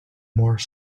more